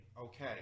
okay